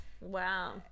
Wow